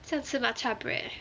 很想吃 matcha bread eh